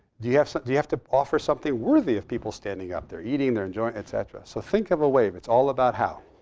you have so you have to offer something worthy of people standing up. they're eating, their enjoying, et cetera. so think of a wave. it's all about how.